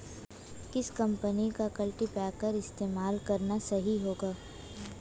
किस कंपनी का कल्टीपैकर इस्तेमाल करना सही होगा?